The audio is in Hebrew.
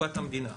בקופת המדינה.